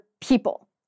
people